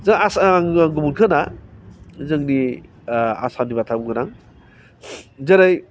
जों गुबुनखौ होना जोंनि आसामनि बाथ्रा बुंगोन आं जेरै